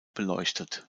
beleuchtet